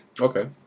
Okay